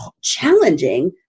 challenging